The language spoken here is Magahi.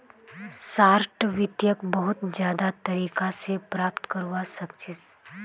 शार्ट वित्तक बहुत ज्यादा तरीका स प्राप्त करवा सख छी